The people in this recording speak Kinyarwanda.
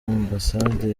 ambasade